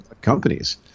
companies